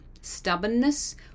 Stubbornness